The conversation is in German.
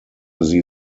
sie